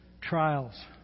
trials